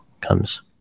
comes